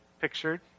pictured